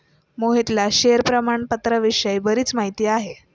मोहितला शेअर प्रामाणपत्राविषयी बरीच माहिती आहे